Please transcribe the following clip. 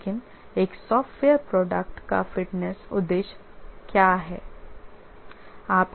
लेकिन एक software product का फिटनेस उद्देश्य क्या है